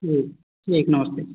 ठीक ठीक नमस्ते